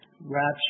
rapture